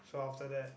so after that